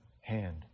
hand